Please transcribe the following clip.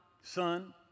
Son